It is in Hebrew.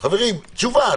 חברים, תשובה.